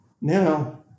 Now